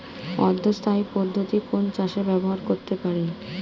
অর্ধ স্থায়ী পদ্ধতি কোন চাষে ব্যবহার করতে পারি?